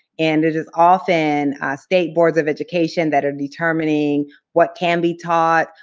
and it is often state boards of education that are determining what can be taught,